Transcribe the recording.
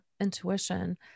intuition